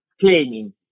claiming